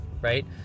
right